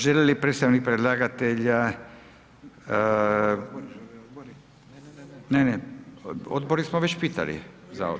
Želi li predstavnik predlagatelja, ne, ne, odbore smo već pitali.